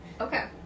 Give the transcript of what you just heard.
Okay